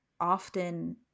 often